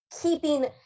keeping